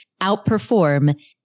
outperform